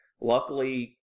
Luckily